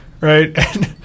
right